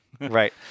Right